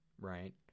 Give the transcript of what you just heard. right